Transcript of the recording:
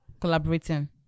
collaborating